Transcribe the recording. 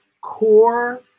core